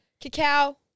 Cacao